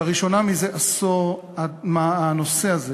לראשונה זה עשור הנושא הזה,